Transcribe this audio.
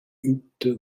geübte